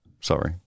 Sorry